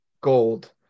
Gold